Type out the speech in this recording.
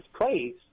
place